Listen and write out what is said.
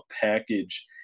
package